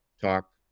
talk